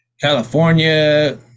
california